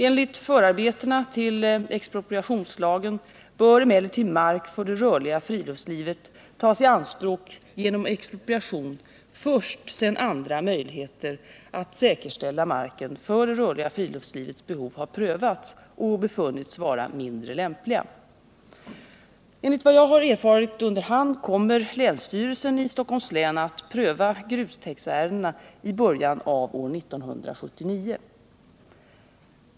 Enligt förarbetena till expropriationslagen bör emellertid mark för det rörliga friluftslivet tas i anspråk genom expropriation först sedan andra möjligheter att säkerställa marken för det rörliga friluftslivets behov har prövats och befunnits vara mindre lämpliga. Enligt vad jag erfarit under hand kommer länsstyrelsen i Stockholms län att pröva grustäktsärendena i början av år 1979.